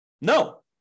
No